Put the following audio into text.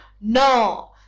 No